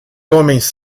homens